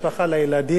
חשוב מאוד